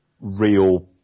real